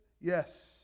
Yes